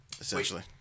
essentially